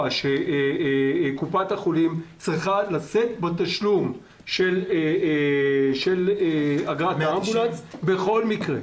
שקופת החולים צריכה לשאת בתשלום של אגרת האמבולנס בכל מקרה.